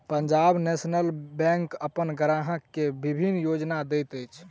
Punjab national bank अपन ग्राहक के विभिन्न योजना दैत अछि